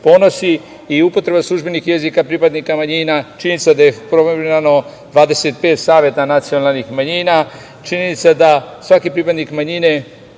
ponosi. Upotreba službenih jezika pripadnika manjina, činjenica da je … 25 saveta nacionalnih manjina, činjenica da svaki pripadnik manjine